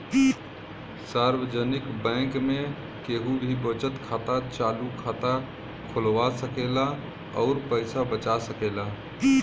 सार्वजनिक बैंक में केहू भी बचत खाता, चालु खाता खोलवा सकेला अउर पैसा बचा सकेला